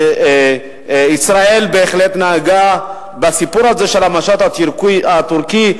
ישראל בהחלט נהגה בסיפור הזה של המשט הטורקי,